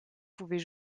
pouvait